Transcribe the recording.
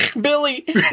Billy